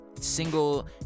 single